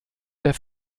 der